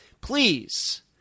Please